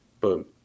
boom